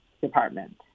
department